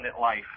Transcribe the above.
life